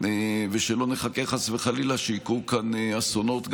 ושלא נחכה, חס וחלילה, שיקרו כאן אסונות.